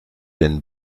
den